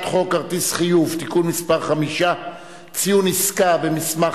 חוק כרטיסי חיוב (תיקון מס' 5) (ציון עסקה במסמך